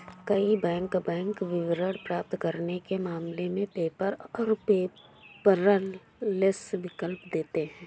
कई bank bank विवरण प्राप्त करने के मामले में पेपर और पेपरलेस विकल्प देते हैं